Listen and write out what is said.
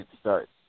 start